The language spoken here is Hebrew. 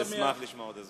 אשמח לשמוע עוד הסבר.